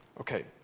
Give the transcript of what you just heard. Okay